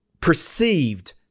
perceived